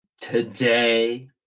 today